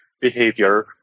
behavior